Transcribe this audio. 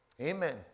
Amen